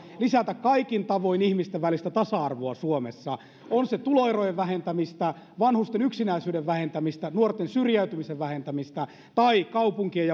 lisätä kaikin tavoin ihmisten välistä tasa arvoa suomessa on se tuloerojen vähentämistä vanhusten yksinäisyyden vähentämistä nuorten syrjäytymisen vähentämistä tai kaupunkien